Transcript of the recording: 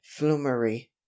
flumery